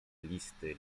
listy